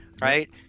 right